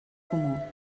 comú